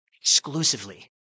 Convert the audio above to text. exclusively